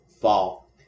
fall